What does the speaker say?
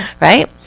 Right